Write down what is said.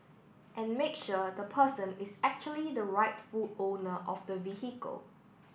and make sure the person is actually the rightful owner of the vehicle